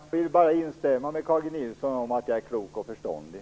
Herr talman! Jag instämmer med Carl G Nilsson om att jag är klok och förståndig.